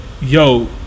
yo